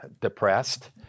depressed